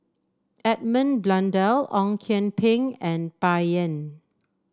Edmund Blundell Ong Kian Peng and Bai Yan